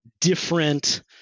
different